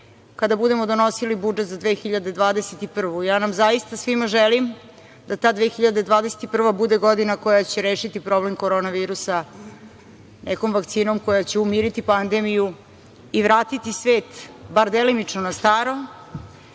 kada budemo donosili budžet za 2021. godinu. Ja nam zaista svima želim da ta 2021. godina bude godina koja će rešiti problem korona virusa nekom vakcinom koja će umiriti pandemiju i vratiti svet bar delimično na staro.